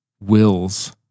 wills